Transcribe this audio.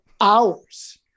hours